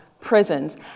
prisons